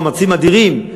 מאמצים אדירים,